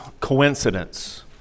coincidence